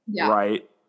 right